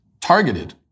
targeted